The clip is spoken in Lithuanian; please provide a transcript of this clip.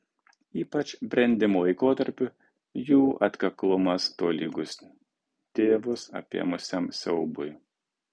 ypač brendimo laikotarpiu jų atkaklumas tolygus tėvus apėmusiam siaubui